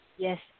Yes